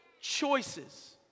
choices